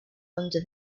under